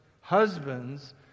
Husbands